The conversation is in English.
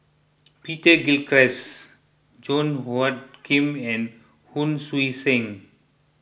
Peter Gilchrist Song Hoot Kiam and Hon Sui Sen